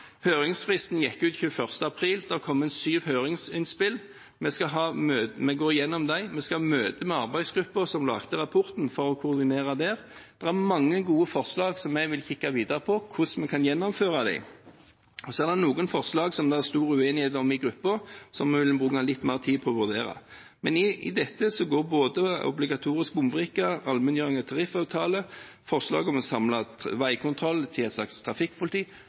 Høringsfristen gikk ut 21. april. Det har kommet inn syv høringsinnspill. Vi går gjennom dem, og vi skal ha møte med arbeidsgruppen som laget rapporten for å koordinere det. Det er mange gode forslag, og vi vil kikke videre på hvordan vi kan gjennomføre dem. Så er det noen forslag det er stor uenighet om i gruppen, som vi vil bruke litt mer tid på å vurdere. I dette inngår både obligatorisk bompengebrikke, allmenngjøring av tariffavtale og forslag om en samlet veikontroll av et slags trafikkpoliti.